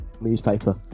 newspaper